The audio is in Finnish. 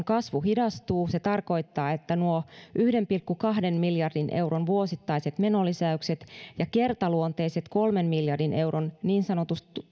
kasvu hidastuu se tarkoittaa että nuo yhden pilkku kahden miljardin euron vuosittaiset menolisäykset ja kertaluonteiset kolmen miljardin euron niin sanotut